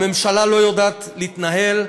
הממשלה לא יודעת להתנהל.